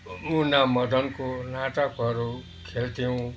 मुना मदनको नाटकहरू खेल्थ्यौँ